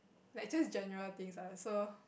like just general things lah so